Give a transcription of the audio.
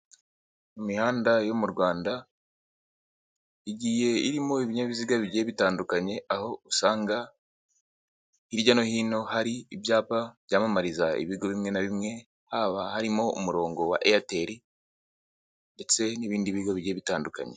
Imihanda yo mu Rwanda igiye irimo ibinyabiziga bigiye bitandukanye, aho usanga hirya no hino hari ibyapa byamamariza ibigo bimwe na bimwe, haba harimo umurongo wa Eyateli ndetse n'ibindi bigo bigiye bitandukanye.